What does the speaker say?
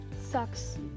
sucks